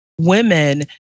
women